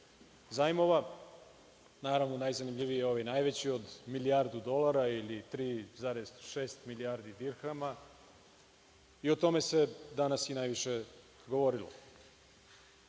zajmova, naravno, najzanimljiviji je ovaj najveći od milijardu dolara ili 3,6 milijardi dirhama i o tome se danas najviše govorilo. Ovde